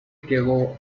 quedo